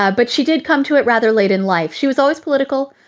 ah but she did come to it rather late in life. she was always political.